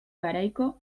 garaiko